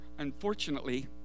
Unfortunately